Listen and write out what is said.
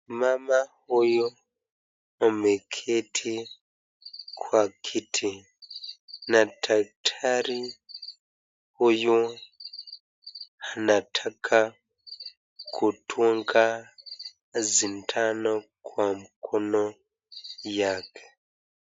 Mama huyu ameketi kwa kiti na daktari huyu anataka kudunga sindano kwa mkono yake.